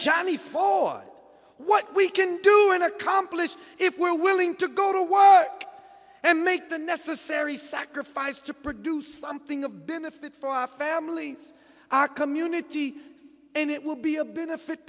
johnny ford what we can do and accomplish if we're willing to go to work and make the necessary sacrifice to produce something of benefit for our families our community and it will be a benefit